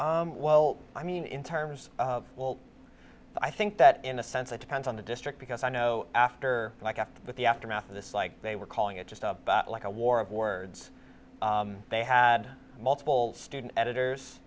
down well i mean in terms of well i think that in a sense it depends on the district because i know after like after with the aftermath of this like they were calling it just like a war of words they had multiple student editors